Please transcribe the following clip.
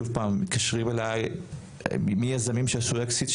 שוב פעם מתקשרים אלי מיזמים שעשו אקזיט,